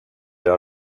gör